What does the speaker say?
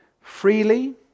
freely